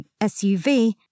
SUV